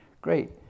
Great